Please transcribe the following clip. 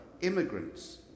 immigrants